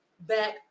back